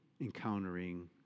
encountering